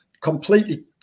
completely